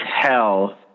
tell